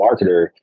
marketer